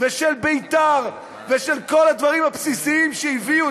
ושל בית"ר ושל כל הדברים הבסיסיים שהביאו